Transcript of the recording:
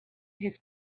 his